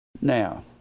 Now